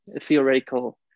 theoretical